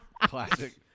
Classic